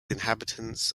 inhabitants